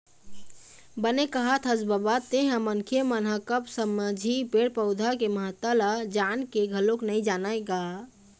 बने कहत हस बबा तेंहा मनखे मन ह कब समझही पेड़ पउधा के महत्ता ल जान के घलोक नइ जानय गा